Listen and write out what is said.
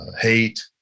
hate